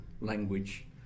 language